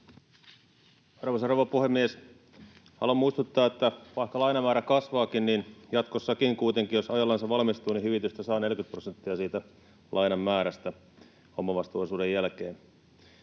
Arvoisa rouva puhemies! Haluan muistuttaa, että vaikka lainamäärä kasvaakin, jatkossakin kuitenkin, jos ajallansa valmistuu, hyvitystä saa 40 prosenttia siitä lainan määrästä omavastuuosuuden jälkeen.